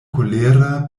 kolera